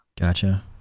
gotcha